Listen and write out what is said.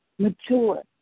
mature